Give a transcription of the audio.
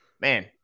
man